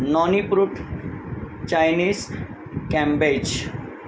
noni fruit Chinese cabbage